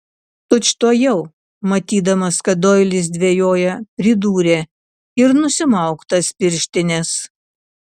tučtuojau matydamas kad doilis dvejoja pridūrė ir nusimauk tas pirštines